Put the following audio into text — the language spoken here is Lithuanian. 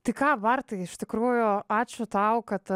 tai ką bartai iš tikrųjų ačiū tau kad